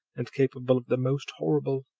and capable of the most horrible